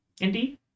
indeed